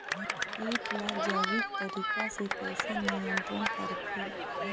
कीट ला जैविक तरीका से कैसे नियंत्रण करथे?